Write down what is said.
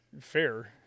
Fair